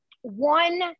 one